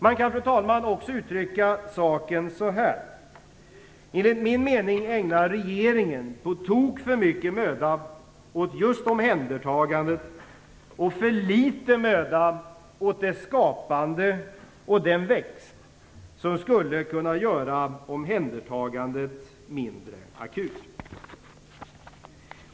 Man kan, fru talman, också uttrycka saken så här: Enligt min mening ägnar regeringen på tok för mycket möda åt just omhändertagandet och för litet möda åt det skapande och den växt som skulle kunna göra omhändertagandet mindre akut.